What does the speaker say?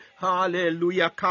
Hallelujah